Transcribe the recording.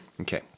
Okay